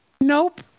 Nope